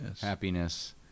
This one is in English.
happiness